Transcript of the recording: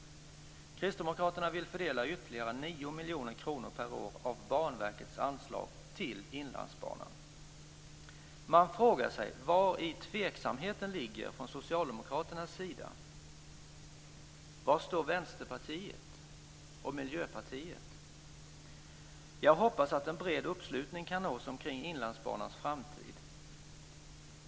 Man frågar sig vari tveksamheten ligger från socialdemokraternas sida. Var står Vänsterpartiet och Miljöpartiet? Jag hoppas att en bred uppslutning kan nås omkring Inlandsbanans framtid.